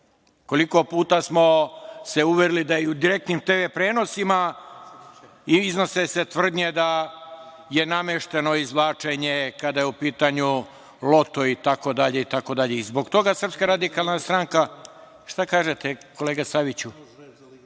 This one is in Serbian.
Koliko puta smo se uverili da se u direktnim TV prenosima iznose tvrdnje da je namešteno izvlačenje kada je u pitanju „Loto“ i tako dalje. Zbog toga Srpska radikalna stranka…Šta kažete, kolega Saviću?(Nikola